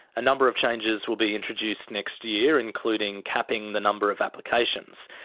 a number of changes will be introduced next year, including capping the number of applications.